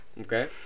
Okay